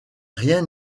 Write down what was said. rien